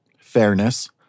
fairness